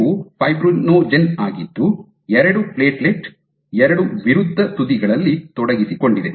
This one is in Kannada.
ಇವು ಫೈಬ್ರಿನೊಜೆನ್ ಆಗಿದ್ದು ಎರಡು ಪ್ಲೇಟ್ಲೆಟ್ ಎರಡು ವಿರುದ್ಧ ತುದಿಗಳಲ್ಲಿ ತೊಡಗಿಸಿಕೊಂಡಿದೆ